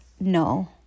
no